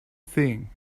thing